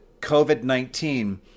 COVID-19